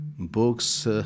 Books